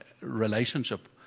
relationship